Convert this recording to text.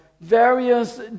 various